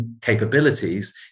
capabilities